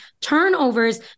turnovers